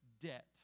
debt